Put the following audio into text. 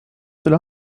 ceux